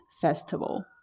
festival